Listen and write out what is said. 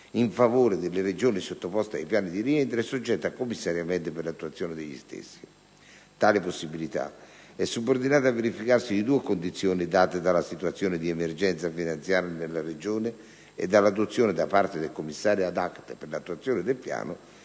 in favore delle Regioni sottoposte ai piani di rientro e soggette a commissariamento per l'attuazione degli stessi. Tale possibilità è subordinata al verificarsi di due condizioni date dalla situazione di emergenza finanziaria nella Regione e dall'adozione, da parte del Commissario *ad acta* per l'attuazione del piano,